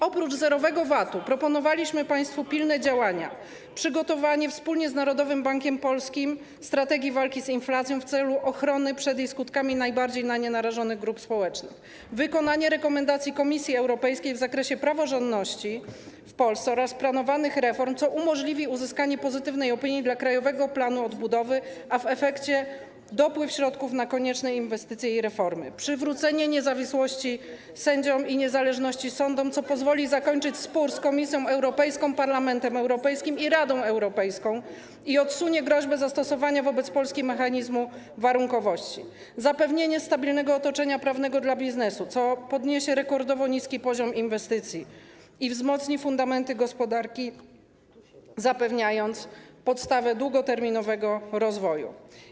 Oprócz zerowego VAT proponowaliśmy państwu pilne działania: przygotowanie, wspólnie z Narodowym Bankiem Polskim, strategii walki z inflacją w celu ochrony przed jej skutkami najbardziej na nie narażonych grup społecznych; wykonanie rekomendacji Komisji Europejskiej w zakresie praworządności w Polsce oraz planowanych reform, co umożliwi uzyskanie pozytywnej opinii dla Krajowego Planu Odbudowy, a w efekcie dopływ środków na konieczne inwestycje i reformy; przywrócenie niezawisłości sędziom i niezależności sądom, co pozwoli zakończyć spór z Komisją Europejską, Parlamentem Europejskim i Radą Europejską i odsunie groźbę zastosowania wobec Polski mechanizmu warunkowości; zapewnienie stabilnego otoczenia prawnego dla biznesu, co podniesie rekordowo niski poziom inwestycji i wzmocni fundamenty gospodarki, zapewniając podstawę długoterminowego rozwoju.